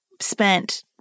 spent